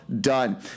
done